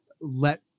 let